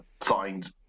signed